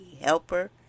helper